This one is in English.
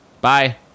Bye